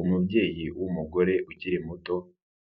Umubyeyi w'umugore ukiri muto,